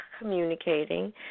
communicating